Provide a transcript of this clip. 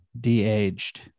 de-aged